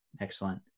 Excellent